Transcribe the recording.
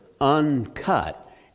uncut